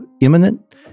imminent